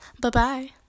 Bye-bye